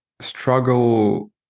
struggle